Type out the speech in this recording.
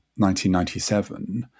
1997